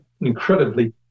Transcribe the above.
incredibly